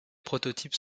prototypes